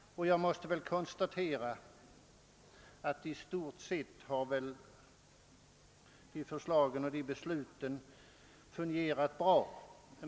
I stort sett har väl lagen resulterat i ett system som fungerar bra.